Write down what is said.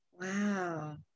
Wow